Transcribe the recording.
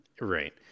Right